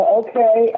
okay